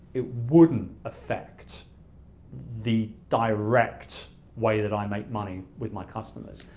it wouldn't affect the direct way that i make money with my customers.